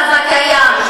אפשר להמשיך את המצב הקיים.